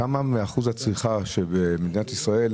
כמה מאחוז הצריכה שבמדינת ישראל,